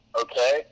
okay